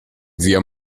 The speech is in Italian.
zia